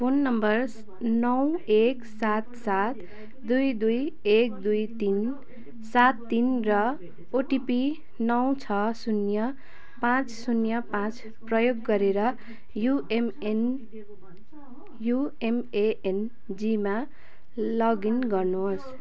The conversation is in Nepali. फोन नम्बर नौ एक सात सात दुई दुई एक दुई तिन सात तिन र ओटिपी नौ छ शून्य पाँच शून्य पाँच प्रयोग गरेर युएमएन युएमएएनजीमा लगइन गर्नुहोस्